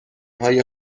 های